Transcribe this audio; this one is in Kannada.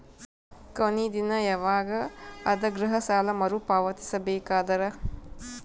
ಕೊನಿ ದಿನ ಯವಾಗ ಅದ ಗೃಹ ಸಾಲ ಮರು ಪಾವತಿಸಬೇಕಾದರ?